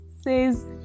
says